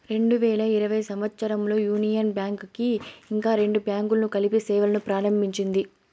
రెండు వేల ఇరవై సంవచ్చరంలో యూనియన్ బ్యాంక్ కి ఇంకా రెండు బ్యాంకులను కలిపి సేవలును ప్రారంభించింది